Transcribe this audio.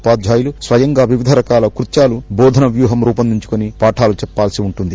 ఉపాధ్యాయులు స్వయంగా వివిధ రకాల కృత్యాలు టోధన వ్యూహం రూపొందించుకొని పాఠాలు చెప్పాల్సీ ఉంటుంది